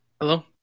Hello